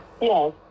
Yes